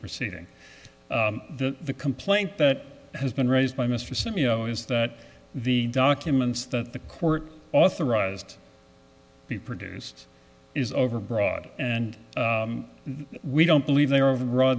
proceeding the complaint that has been raised by mr sim you know is that the documents that the court authorized be produced is overbroad and we don't believe they are of the